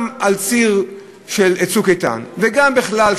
גם על הציר של "צוק איתן" וגם בכלל,